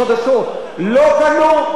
לא קנו ולא בנו.